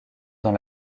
dans